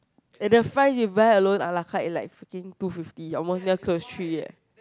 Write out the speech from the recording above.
and the fries you buy alone a-la-carte it's like freaking two fifty almost near close three eh